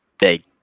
big